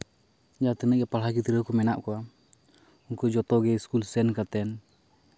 ᱡᱟᱦᱟᱸ ᱛᱤᱱᱟᱹᱜ ᱜᱮ ᱯᱟᱲᱦᱟᱣ ᱜᱤᱫᱽᱨᱟᱹ ᱠᱚ ᱢᱮᱱᱟᱜ ᱠᱚᱣᱟ ᱩᱱᱠᱩ ᱡᱚᱛᱚᱜᱮ ᱥᱠᱩᱞ ᱥᱮᱱ ᱠᱟᱛᱮᱫ